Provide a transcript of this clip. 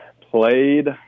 played